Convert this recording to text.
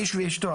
האיש ואשתו,